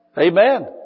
Amen